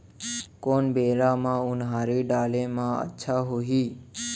कोन बेरा म उनहारी डाले म अच्छा होही?